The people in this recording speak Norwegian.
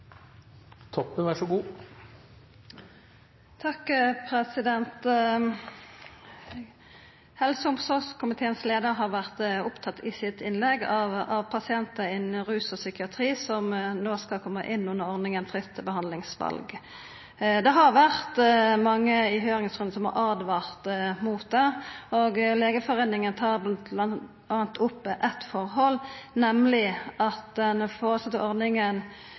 Helse- og omsorgskomiteens leiar var i innlegget sitt opptatt av at pasientar innan rus og psykiatri no skal koma inn under ordninga med fritt behandlingsval. Det var mange i høyringa som åtvara mot det, og Legeforeininga tok m.a. opp det forholdet at den